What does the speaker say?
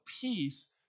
peace